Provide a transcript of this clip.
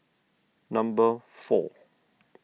number four